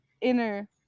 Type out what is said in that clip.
inner